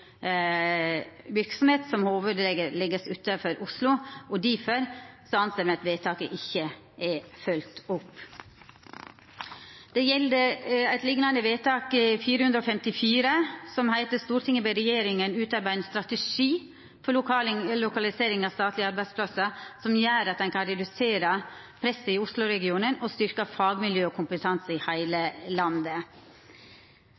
som hovudregel blir lagde utanfor Oslo, difor meiner me at vedtaket ikkje er følgt opp. Det gjeld òg eit liknande vedtak, vedtak nr. 454: «Stortinget ber regjeringa utarbeide ein strategi for lokalisering av statlege arbeidsplassar som gjer at ein kan redusere presset i Oslo-regionen og styrke fagmiljø og kompetanse i heile